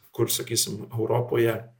kur sakysim europoje